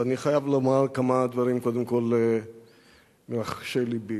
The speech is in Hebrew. ואני חייב לומר כמה דברים קודם כול מרחשי לבי.